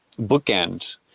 bookend